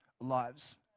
lives